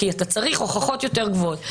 כי אתה צריך הוכחות יותר גבוהות.